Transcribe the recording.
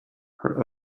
her